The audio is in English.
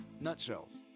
Nutshells